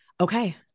Okay